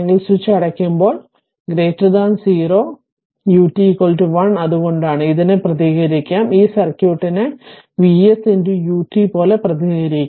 switch അടയ്ക്കുമ്പോൾ മുന്നോട്ട് 0 വലത് ut 1 അതുകൊണ്ടാണ് ഇതിനെ പ്രതിനിധീകരിക്കാം ഈ സർക്യൂട്ടിനെ ഈ V s ut പോലെ പ്രതിനിധീകരിക്കാം